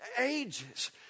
ages